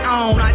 on